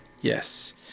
yes